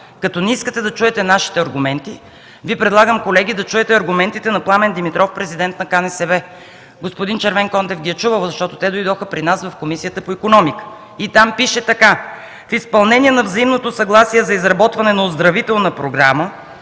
като не искате да чуете нашите аргументи, Ви предлагам, колеги, да чуете аргументите на Пламен Димитров – президент на КНСБ. Господин Червенкондев ги е чувал, защото те дойдоха при нас в Комисията по икономика и там пише така: „В изпълнение на взаимното съгласие за изработване на оздравителна програма